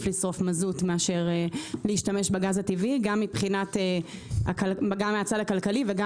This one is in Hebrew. לשרוף מזוט מאשר להשתמש בגז הטבעי גם מהצד הכלכלי וגם